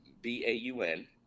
b-a-u-n